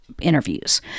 interviews